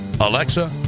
Alexa